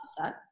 upset